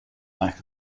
back